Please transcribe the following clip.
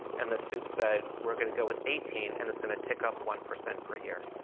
and the sup said we're going to go with eighteen, and it's going to tick up one percent per year.